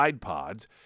Pods